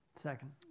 Second